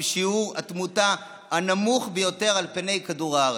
שיעור התמותה הנמוך ביותר על פני כדור הארץ.